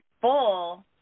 full